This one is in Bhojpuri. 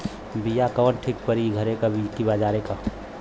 बिया कवन ठीक परी घरे क की बजारे क?